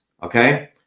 Okay